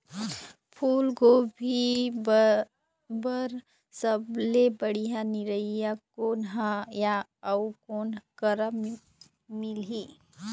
फूलगोभी बर सब्बो ले बढ़िया निरैया कोन हर ये अउ कोन करा मिलही?